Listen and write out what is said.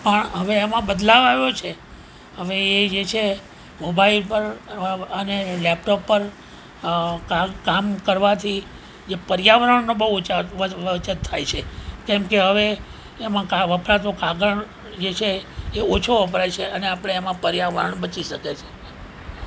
પણ હવે એમાં બદલાવ આવ્યો છે હવે એ જે છે મોબાઇલ પર અને લેપટોપ પર કામ કરવાથી જે પર્યાવરણનો બહુ બચત થાય છે કેમ કે હવે એમાં વપરાતો કાગળ જે છે એ ઓછો વપરાય છે અને આપણે એમાં પર્યાવરણ બચી શકે છે